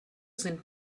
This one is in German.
sind